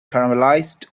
caramelized